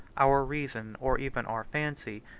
our reason, or even our fancy,